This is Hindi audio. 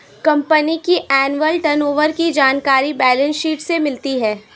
कंपनी का एनुअल टर्नओवर की जानकारी बैलेंस शीट से मिलती है